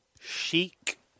chic